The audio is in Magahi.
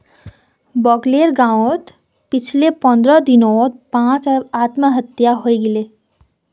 बगलेर गांउत पिछले पंद्रह दिनत पांच आत्महत्या हइ गेले